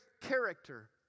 character